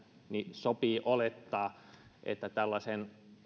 sopii olettaa että tällaisen